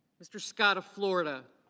mr. scott of florida.